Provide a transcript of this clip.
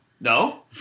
No